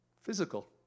physical